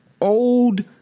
old